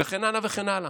וכן הלאה וכן הלאה.